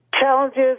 challenges